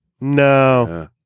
No